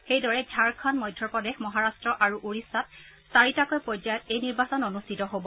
সেইদৰে ঝাৰখণ্ড মধ্যপ্ৰদেশ মহাৰাট্ট আৰু ওড়িশাত চাৰিটাকৈ পৰ্যায়ত এই নিৰ্বাচন অনুষ্ঠিত হ'ব